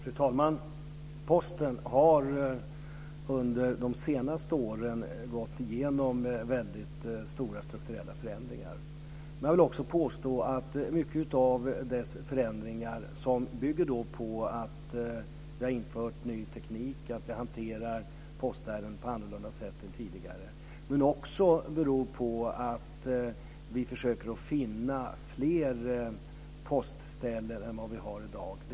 Fru talman! Posten har under de senaste åren gått igenom väldigt stora strukturella förändringar. Mycket av dessa förändringar bygger på att vi har infört ny teknik, att vi hanterar postärenden på annorlunda sätt än tidigare, men de beror också på att vi försöker finna fler postställen än vad vi har i dag.